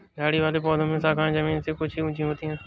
झाड़ी वाले पौधों में शाखाएँ जमीन से कुछ ही ऊँची होती है